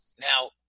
Now